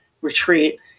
retreat